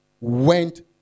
went